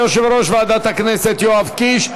תודה ליושב-ראש ועדת הכנסת יואב קיש.